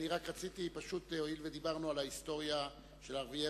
הואיל ודיברנו על ההיסטוריה של ערביי ישראל,